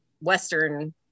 Western